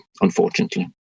unfortunately